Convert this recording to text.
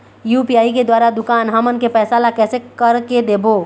UPI के द्वारा दुकान हमन के पैसा ला कैसे कर के देबो?